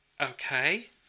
Okay